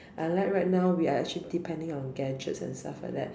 unlike right now we are actually depending on gadgets and stuff like that